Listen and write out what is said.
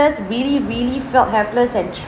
~less really really felt helpless and